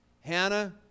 Hannah